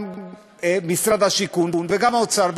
גם משרד השיכון וגם האוצר,